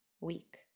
week